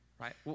right